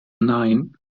nein